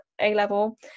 A-level